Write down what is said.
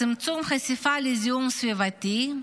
צמצום חשיפה לזיהום סביבתי,